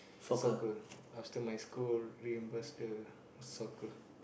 soccer after my school reimburse the soccer